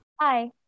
Hi